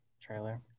trailer